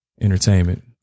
entertainment